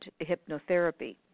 hypnotherapy